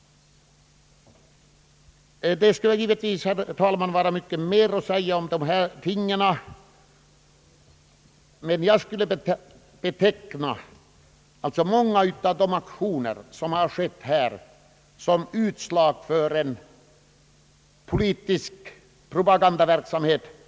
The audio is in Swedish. Det skulle givetvis, herr talman, vara mycket mera att säga om dessa ting. Jag skulle vilja beteckna många av de aktioner som här skett såsom utslag av en politisk propagandaverksamhet.